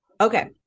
Okay